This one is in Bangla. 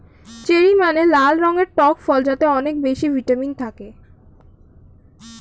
চেরি মানে লাল রঙের টক ফল যাতে অনেক বেশি ভিটামিন থাকে